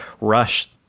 rush